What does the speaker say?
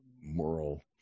moral